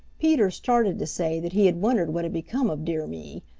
peter started to say that he had wondered what had become of dear me,